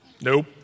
nope